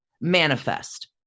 manifest